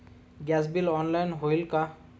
Gas bill online होईल का?